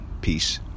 Peace